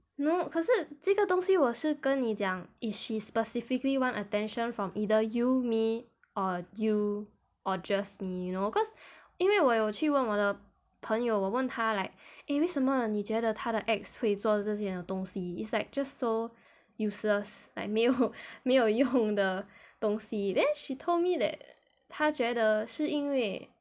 you know 可是这个东西我是跟你讲 if she specifically want attention from either you me or you or just me you know cause 因为我有去问我的朋友我问她 like eh 为什么你觉得她的 ex 会做这些东西 is like just so useless like 没有没有用的东西 then she told me that 她觉得是因为